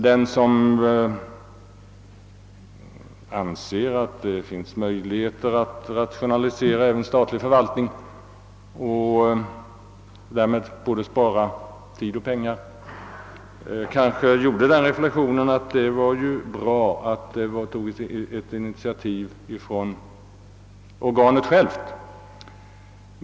Den som anser att det finns möjligheter att rationalisera även statlig förvaltning och därmed spara både tid och pengar gjorde kanske den reflexionen att det var bra att organet tog ett eget initiativ.